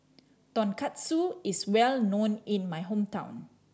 tonkatsu is well known in my hometown